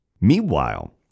Meanwhile